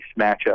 matchup